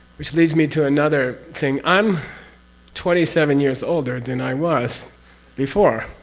which leads me to another thing? i'm twenty seven years older than i was before.